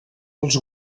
els